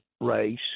race –